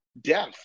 death